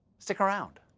stick around.